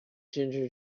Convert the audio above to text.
ginger